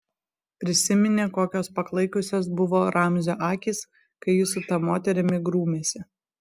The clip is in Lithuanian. prisiminė kokios paklaikusios buvo ramzio akys kai jis su ta moterimi grūmėsi